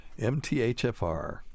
MTHFR